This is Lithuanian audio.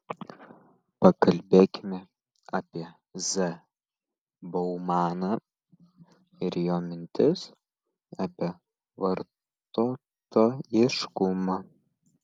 pakalbėkime apie z baumaną ir jo mintis apie vartotojiškumą